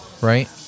Right